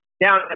down